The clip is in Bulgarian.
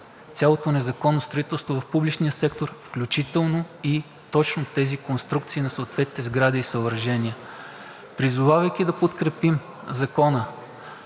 цялото незаконно строителство в публичния сектор, включително и точно тези конструкции на съответните сгради и съоръжения. Призовавайки да подкрепим Закона,